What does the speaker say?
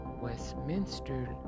Westminster